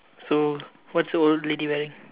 so what's the old lady wearing